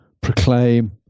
proclaim